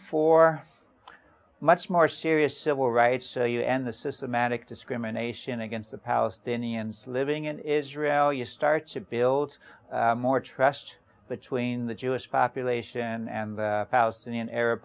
for much more serious civil rights so you end the systematic discrimination against the palestinians living in israel you start to build more trust between the jewish population and the palestinian arab